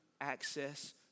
access